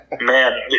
Man